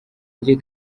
rye